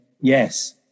yes